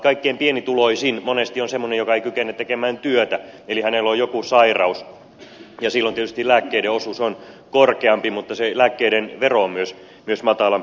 kaikkein pienituloisin monesti on semmoinen joka ei kykene tekemään työtä eli hänellä on joku sairaus ja silloin tietysti lääkkeiden osuus on korkeampi mutta se lääkkeiden vero on myös matalampi